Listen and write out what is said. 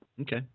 okay